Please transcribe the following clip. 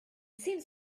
seems